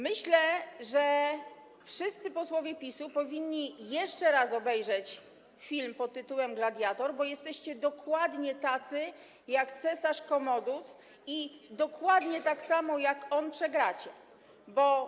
Myślę, że wszyscy posłowie PiS-u powinni jeszcze raz obejrzeć film pt. „Gladiator”, bo jesteście dokładnie tacy jak cesarz Kommodus i dokładnie tak samo jak on przegracie.